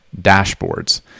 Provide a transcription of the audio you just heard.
dashboards